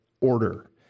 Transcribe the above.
order